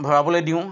ভৰাবলৈ দিওঁ